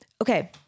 Okay